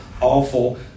awful